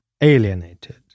alienated